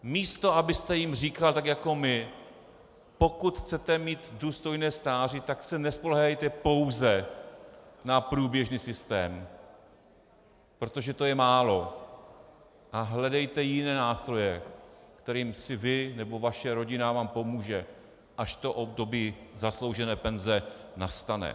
Místo abyste jim říkal tak jako my: pokud chcete mít důstojné stáří, tak se nespoléhejte pouze na průběžný systém, protože to je málo, a hledejte jiné nástroje, kterými si vy nebo vaše rodina vám pomůže, až to období zasloužené penze nastane.